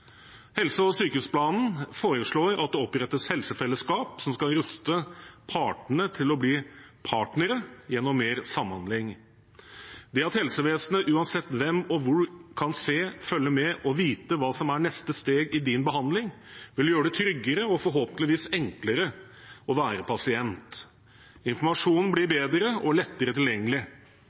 Helse- og sykehusplanen foreslår at det opprettes helsefellesskap som skal ruste partene til å bli partnere gjennom mer samhandling. Det at helsevesenet – uansett hvem og hvor – kan se, følge med og vite hva som er neste steg i ens behandling, vil gjøre det tryggere og forhåpentligvis enklere å være pasient. Informasjonen blir bedre og lettere tilgjengelig.